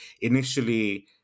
initially